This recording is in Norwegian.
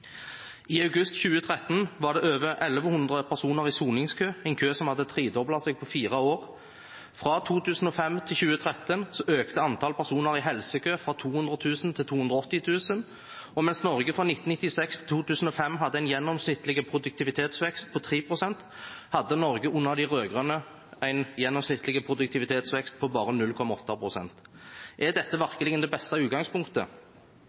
I august 2013 var det over 1 100 personer i soningskø, en kø som hadde tredoblet seg på fire år. Fra 2005 til 2013 økte antall personer i helsekø fra 200 000 til 280 000, og mens Norge fra 1996 til 2005 hadde en gjennomsnittlig produktivitetsvekst på 3 pst., hadde Norge under de rød-grønne en gjennomsnittlig produktivitetsvekst på bare 0,8 pst. Er dette virkelig det beste utgangspunktet?